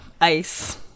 ice